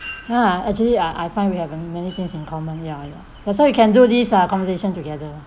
ya actually I I find we have uh many things in common ya ya that's why we can do this lah conversation together